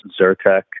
Zyrtec